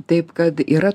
taip kad yra